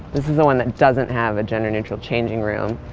this is the one that doesn't have a gender neutral changing room,